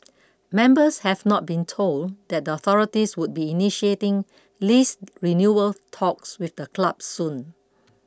members had not been told that the authorities would be initiating lease renewal talks with the club soon